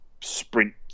sprint